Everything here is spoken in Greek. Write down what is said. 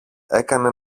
έκανε